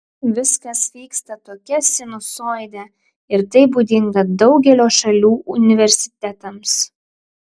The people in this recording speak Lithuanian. viskas vyksta tokia sinusoide ir tai būdinga daugelio šalių universitetams